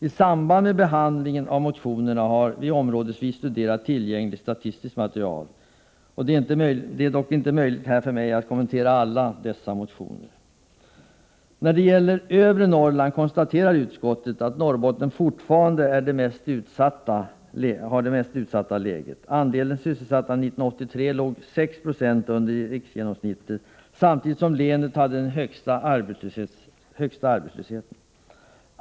I samband med behandlingen av motionerna har vi områdesvis studerat tillgängligt statistiskt material. Det är dock inte möjligt för mig att kommentera alla motioner. När det gäller övre Norrland konstaterar utskottet att Norrbotten fortfarande har det mest utsatta läget. Andelen sysselsatta 1983 låg 6 96 under riksgenomsnittet, och länet har även den högsta arbetslösheten.